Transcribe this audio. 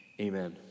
amen